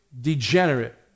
degenerate